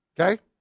Okay